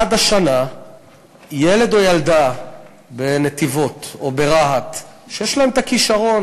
עד השנה ילד או ילדה בנתיבות או ברהט שיש להם כישרון